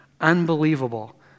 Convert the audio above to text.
unbelievable